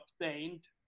obtained